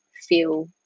feel